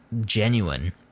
genuine